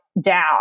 down